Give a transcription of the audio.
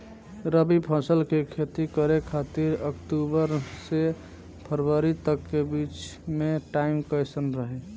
रबी फसल के खेती करे खातिर अक्तूबर से फरवरी तक के बीच मे टाइम कैसन रही?